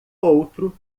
outro